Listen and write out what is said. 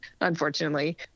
Unfortunately